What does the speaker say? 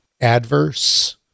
adverse